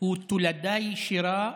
הוא תולדה ישירה